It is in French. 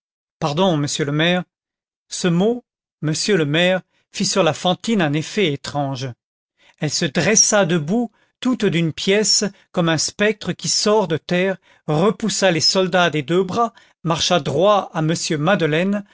pardon monsieur le maire ce mot monsieur le maire fit sur la fantine un effet étrange elle se dressa debout tout d'une pièce comme un spectre qui sort de terre repoussa les soldats des deux bras marcha droit à m madeleine